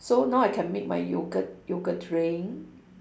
so now I can make my yogurt yogurt drink